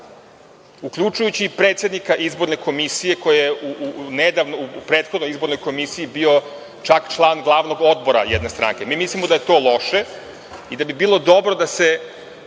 uključujući i predsednika izborne komisije koji je u prethodnoj izbornoj komisiji bio čak član glavnog odbora jedne stranke. Mislimo da je to loše i da bi bilo dobro da i